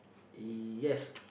yes